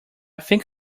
think